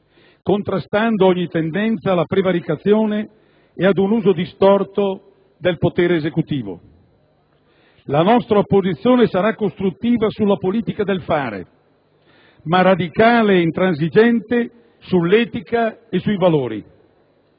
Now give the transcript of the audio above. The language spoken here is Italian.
contrastando ogni tendenza alla prevaricazione, ad un uso distorto del potere esecutivo. La nostra opposizione sarà costruttiva sulla politica del fare, ma radicale e intransigente sull'etica e sui valori.